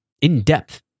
in-depth